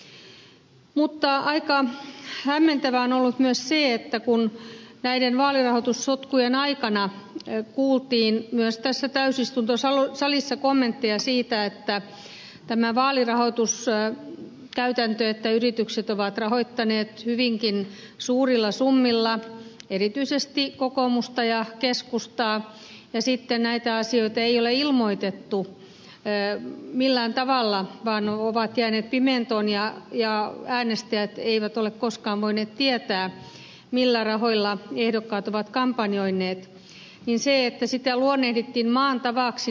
mutta aika hämmentävää on ollut myös se että kun näiden vaalirahoitussotkujen aikana kuultiin myös tässä täysistuntosalissa kommentteja tästä vaalirahoituskäytännöstä niin sitä että yritykset ovat rahoittaneet hyvinkin suurilla summilla erityisesti kokoomusta ja keskustaa ja sitten näitä asioita ei ole ilmoitettu millään tavalla vaan ne ovat jääneet pimentoon ja äänestäjät eivät ole koskaan voineet tietää millä rahoilla ehdokkaat ovat kampanjoineet luonnehdittiin maan tavaksi